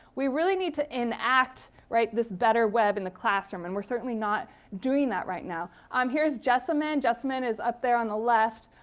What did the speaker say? we really need to enact this better web in the classroom. and we're certainly not doing that right now. um here's jessamyn jessamyn is up there on the left,